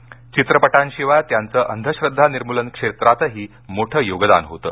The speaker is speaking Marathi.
धित्रपटांशिवाय त्यांचं अंधश्रद्वा निर्मूलन क्षेत्रातही मोठं योगदान होतं